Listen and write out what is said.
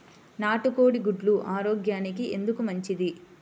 నాటు కోడి గుడ్లు ఆరోగ్యానికి ఎందుకు మంచిది?